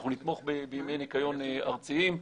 אנחנו נתמוך בדיוני ניקיון ארציים,